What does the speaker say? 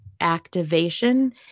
activation